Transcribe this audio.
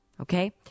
Okay